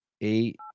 eight